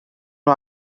nhw